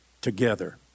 together